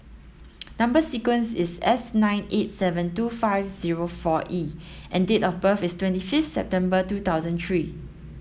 number sequence is S nine eight seven two five zero four E and date of birth is twenty fifth September two thousand three